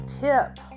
tip